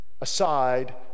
aside